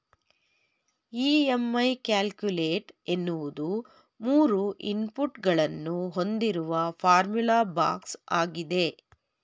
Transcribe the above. EMI calculator ಎನ್ನುವುದು ಮೂರು input ಗಳನ್ನು ಹೊಂದಿರುವ ಫಾರ್ಮುಲಾ ಬಾಕ್ಸ್ ಆಗಿದೆ